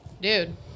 Dude